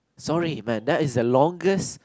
sorry man that is the longest